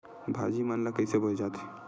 भाजी मन ला कइसे बोए जाथे?